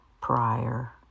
prior